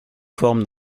forme